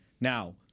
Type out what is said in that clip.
Now